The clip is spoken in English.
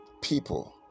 people